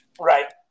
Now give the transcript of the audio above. Right